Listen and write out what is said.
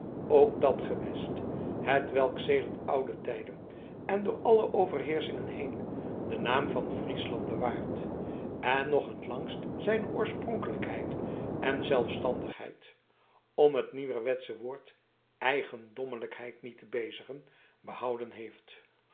ook dat gewest hetwelk sedert oude tijden en door alle overheerschingen heen den naam van friesland bewaard en nog het langst zijn oorspronkelijkheid en zelfstandigheid om het nieuwerwetsche woord eigendommelijkheid niet te bezigen behouden heeft